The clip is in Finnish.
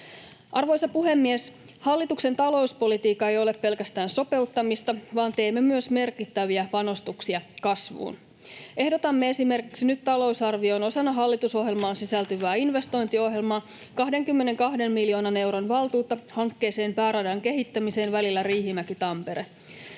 Arvoisa puhemies! Hallituksen talouspolitiikka ei ole pelkästään sopeuttamista, vaan teemme myös merkittäviä panostuksia kasvuun. Ehdotamme esimerkiksi nyt talousarvioon osana hallitusohjelmaan sisältyvää investointiohjelmaa 22 miljoonan euron valtuutta hankkeeseen pääradan kehittämiseen välillä Riihimäki—Tampere.